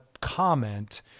comment